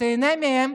שתיהנה מהם,